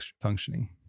functioning